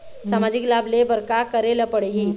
सामाजिक लाभ ले बर का करे ला पड़ही?